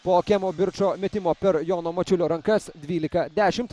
po kemo birčo metimo per jono mačiulio rankas dvylika dešimt